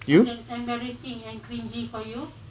you